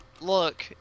Look